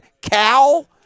Cal